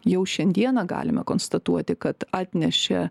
jau šiandieną galime konstatuoti kad atnešė